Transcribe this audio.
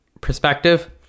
perspective